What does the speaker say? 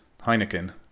Heineken